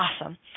Awesome